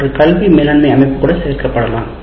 ஒரு கல்வி மேலாண்மை அமைப்பு கூட சேர்க்கப்படலாம்